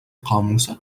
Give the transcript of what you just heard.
قاموسك